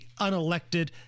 unelected